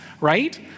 Right